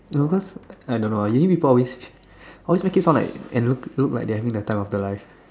you know cause I don't know uni people always always make it sound like and look look like they are having their time of their life